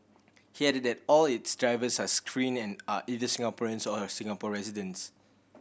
he added that all its drivers are screened and are either Singaporeans or Singapore residents